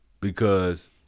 because-